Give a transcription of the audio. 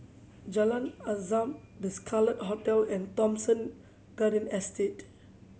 Jalan Azam The Scarlet Hotel and Thomson Garden Estate